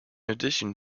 addition